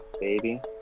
baby